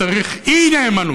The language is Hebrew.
צריך אי-נאמנות,